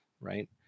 right